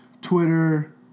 Twitter